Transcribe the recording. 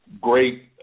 great